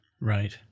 Right